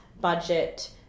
budget